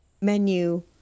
menu